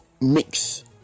mix